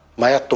maya.